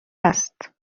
است